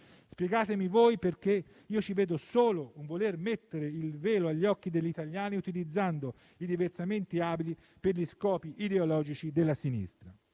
Spiegatemi voi perché io ci vedo solo un voler mettere il velo davanti agli occhi degli italiani utilizzando i diversamente abili per gli scopi ideologici della sinistra.